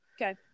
Okay